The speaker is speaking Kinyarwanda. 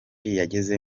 yageze